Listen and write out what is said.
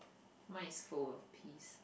mine is full of peas